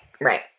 Right